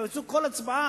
יעשו כל הצבעה,